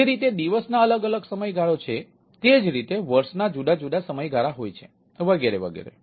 જે રીતે દિવસ ના અલગ અલગ સમયગાળો છે તે જ રીતે વર્ષના જુદા જુદા સમયગાળા હોય છે વગેરે વગેરે